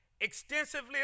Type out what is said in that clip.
extensively